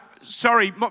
sorry